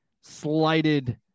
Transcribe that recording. slighted